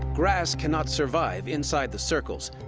grass cannot survive inside the circles,